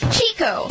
Chico